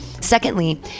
Secondly